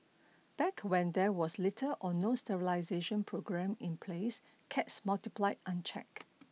back when there was little or no sterilisation programme in place cats multiplied unchecked